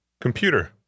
computer